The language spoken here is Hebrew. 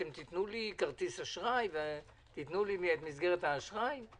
אתם תיתנו לי כרטיס אשראי ותיתנו לי מסגרת אשראי?